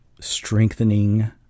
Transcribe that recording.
strengthening